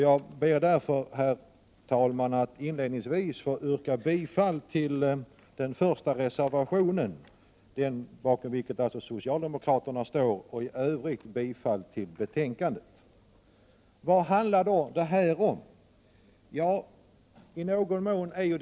Jag ber, herr talman, inledningsvis att få yrka bifall till den socialdemokratiska reservationen, nr 1, och i övrigt bifall till utskottets hemställan. Vad handlar då detta om?